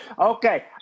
Okay